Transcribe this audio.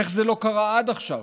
איך זה לא קרה עד עכשיו.